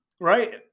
right